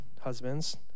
husbands